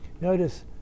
Notice